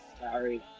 sorry